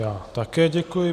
Já také děkuji.